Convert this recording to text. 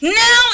now